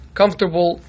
comfortable